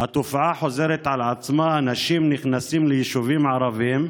התופעה חוזרת על עצמה אנשים נכנסים ליישובים ערביים,